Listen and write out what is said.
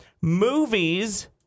Movies